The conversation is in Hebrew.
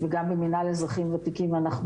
וגם במינהל אזרחים וותיקים אנחנו